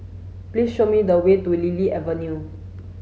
please show me the way to Lily Avenue